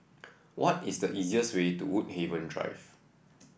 what is the easiest way to Woodhaven Drive